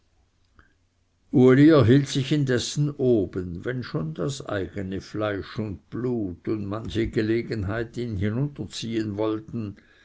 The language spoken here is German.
erhielt sich indessen oben wenn schon das eigene fleisch und blut und manche gelegenheit ihn hinunterziehen wollten